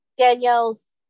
Danielle's